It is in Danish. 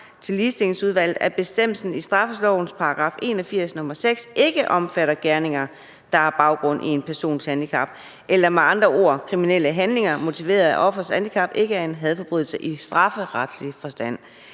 til Ligestillingsudvalget bekræftet, at bestemmelsen i straffelovens § 81, nr. 6, ikke omfatter gerninger, der har baggrund i en persons handicap, eller med andre ord, at kriminelle handlinger motiveret af offerets handicap ikke er en hadforbrydelse i strafferetlig forstand.